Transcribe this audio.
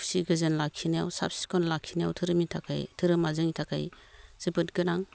खुसि गोजोन लाखिनायाव साब सिखोन लाखिनायाव धोरोमा जोंनि थाखाय जोबोद गोनां